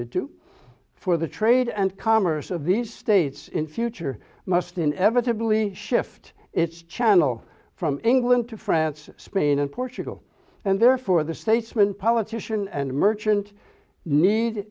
to for the trade and commerce of the states in future must inevitably shift its channel from england to france spain and portugal and therefore the statesman politician and merchant need